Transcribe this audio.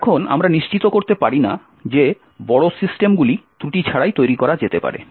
এখন আমরা নিশ্চিত করতে পারি না যে বড় সিস্টেমগুলি ত্রুটি ছাড়াই তৈরি করা যেতে পারে